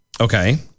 okay